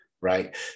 right